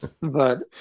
but-